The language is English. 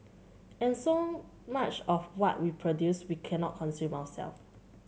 and so much of what we produce we cannot consume ourselves